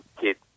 kids